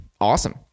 awesome